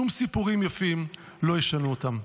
שום סיפורים יפים לא ישנו אותם.